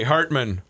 Hartman